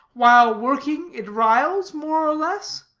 while working, it riles more or less?